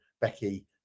Becky